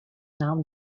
nahm